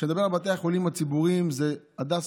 כשאני מדבר על בתי החולים הציבוריים: זה הדסה,